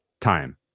time